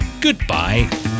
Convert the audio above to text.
goodbye